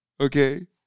Okay